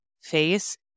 face